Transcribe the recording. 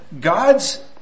God's